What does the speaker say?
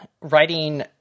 writing